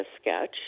sketch